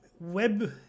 web